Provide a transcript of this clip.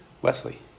Wesley